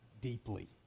deeply